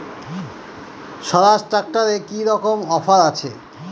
স্বরাজ ট্র্যাক্টরে কি রকম অফার আছে?